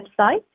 website